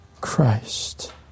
Christ